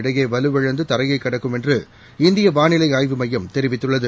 இடையே வலுவிழந்து தரையைக் கடக்கும் என்று இந்திய வானிலை ஆய்வு மையம் தெரிவித்துள்ளது